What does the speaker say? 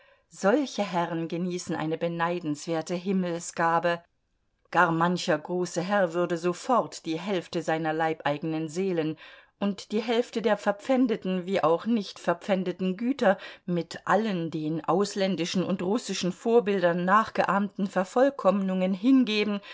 solche herren genießen eine beneidenswerte himmelsgabe gar mancher große herr würde sofort die hälfte seiner leibeigenen seelen und die hälfte der verpfändeten wie auch nicht verpfändeten güter mit allen den ausländischen und russischen vorbildern nachgeahmten vervollkommnungen hingeben